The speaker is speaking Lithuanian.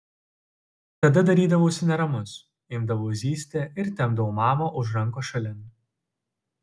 tada darydavausi neramus imdavau zyzti ir tempdavau mamą už rankos šalin